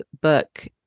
book